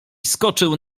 skoczył